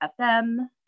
FM